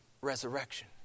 resurrection